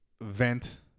vent